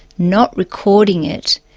not recording it,